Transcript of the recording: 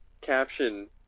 Caption